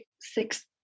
six